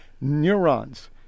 neurons